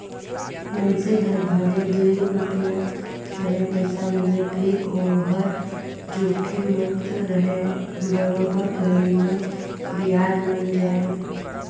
मइनसे हर भले दूई रूपिया थोरहे पइसा मिले फिर ओहर जोखिम मुक्त रहें बरोबर घरी मे बियाज मिल जाय